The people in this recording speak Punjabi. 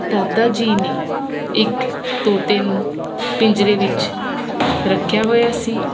ਦਾਦਾ ਜੀ ਨੇ ਇੱਕ ਤੋਤੇ ਨੂੰ ਪਿੰਜਰੇ ਵਿੱਚ ਰੱਖਿਆ ਹੋਇਆ ਸੀ